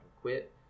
quit